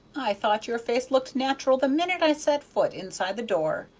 i thought your face looked natural the minute i set foot inside the door,